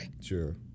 Sure